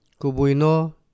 Kubuino